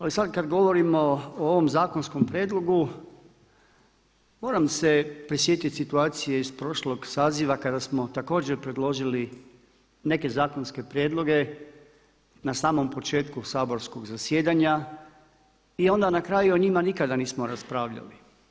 Ali sada kada govorimo o ovom zakonskom prijedlogu, moram se prisjetiti situacije iz prošlog saziva kada smo također predložili neke zakonske prijedloge na samom početku saborskog zasjedanja i onda na kraju o njima nikada nismo raspravljali.